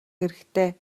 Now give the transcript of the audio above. хэрэгтэй